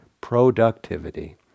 productivity